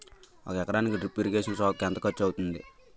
ఒక ఎకరానికి drip irrigation సాగుకు ఎంత ఖర్చు అవుతుంది?